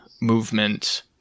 movement